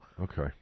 Okay